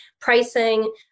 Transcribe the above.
pricing